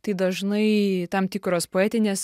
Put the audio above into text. tai dažnai tam tikros poetinės